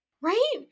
Right